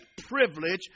privilege